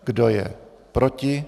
Kdo je proti?